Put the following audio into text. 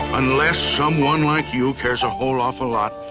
unless someone like you cares a whole awful lot,